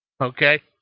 okay